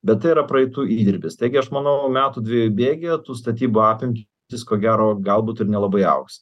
bet tai yra praeitų įdirbis taigi aš manau metų dviejų bėgyje tų statybų apimtys ko gero galbūt ir nelabai augs